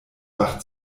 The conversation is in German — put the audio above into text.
wach